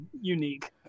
unique